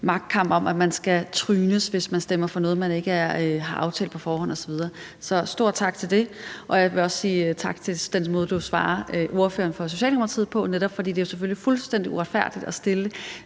magtkamp om, at man skal trynes, hvis man stemmer for noget, man ikke har aftalt på forhånd osv. Så stor tak for det. Jeg vil også sige tak for den måde, du svarer ordføreren for Socialdemokratiet på, for det er jo selvfølgelig fuldstændig uretfærdigt, at en